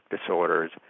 disorders